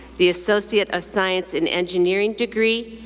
the associate of science in engineering degree,